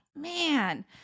man